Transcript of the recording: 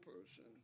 person